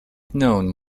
known